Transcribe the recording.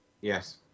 Yes